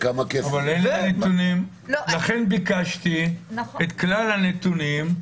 לכן ביקשתי את כלל הנתונים.